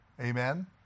Amen